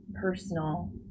personal